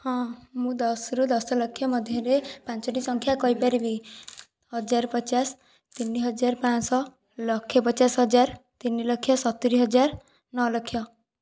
ହଁ ମୁଁ ଦଶରୁ ଦଶଲକ୍ଷ ମଧ୍ୟରେ ପାଞ୍ଚଟି ସଂଖ୍ୟା କହିପାରିବି ହଜାର ପଚାଶ ତିନି ହଜାର ପାଞ୍ଚ ଶହ ଲକ୍ଷେ ପଚାଶ ହଜାର ତିନିଲକ୍ଷ ସତୁରୀ ହଜାର ନଅଲକ୍ଷ